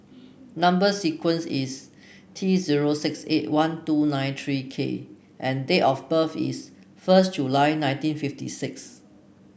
number sequence is T zero six eight one two nine three K and date of birth is first July nineteen fifty six